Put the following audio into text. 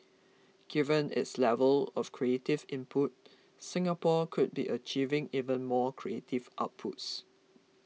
given its level of creative input Singapore could be achieving even more creative outputs